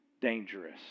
dangerous